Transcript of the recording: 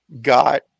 got